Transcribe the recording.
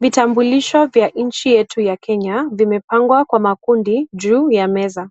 Vitambulisho vya nchi yetu ya kenya vimepangwa, kwa makundi, juu, ya meza,